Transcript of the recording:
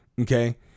Okay